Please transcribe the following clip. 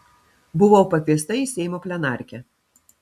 buvau pakviesta į seimo plenarkę